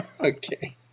Okay